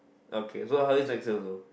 okay so how's it like to